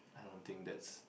I don't think that's